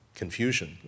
confusion